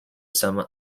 some